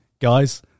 guys